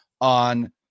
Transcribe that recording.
on